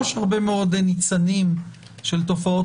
יש הרבה מאוד ניצנים של תופעות,